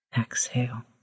exhale